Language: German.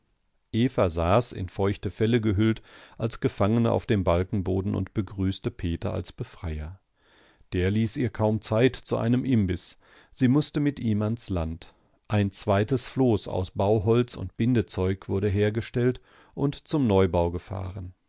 saß in feuchte felle gehüllt als gefangene auf dem balkenboden und begrüßte peter als befreier der ließ ihr kaum zeit zu einem imbiß sie mußte mit ihm ans land ein zweites floß aus bauholz und bindezeug wurde hergestellt und zum neubau gefahren